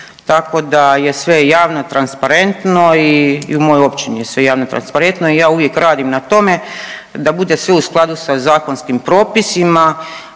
tako da je sve javno i transparentno i u mojoj općini je sve javno i transparentno i ja uvijek radim na tome da bude sve u skladu sa zakonskim propisima,